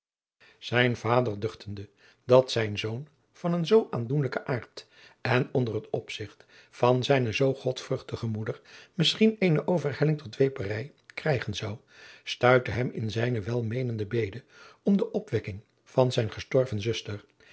zijn vader duchtende dat zijn zoon van een zoo aandoenlijken aard en onder het opzigt van zijne zoo godvruchtige moeder misschien eene overhelling tot dweeperij krijgen zou stuitte hem in zijne welmeenende bede om de opwekking van zijne gestorven zuster